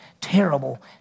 terrible